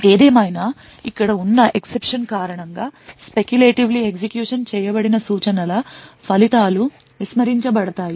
ఏదేమైనా ఇక్కడ ఉన్న ఎక్సెప్షన్ కారణంగా speculatively ఎగ్జిక్యూషన్ చేయబడిన సూచనల ఫలితాలు విస్మరించబడతాయి